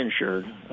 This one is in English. insured